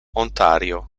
ontario